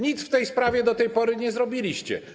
Nic w tej sprawie do tej pory nie zrobiliście.